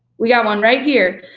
we got one right here.